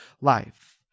life